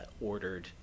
ordered